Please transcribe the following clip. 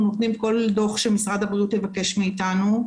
נותנים כל דוח שמשרד הבריאות יבקש מאיתנו.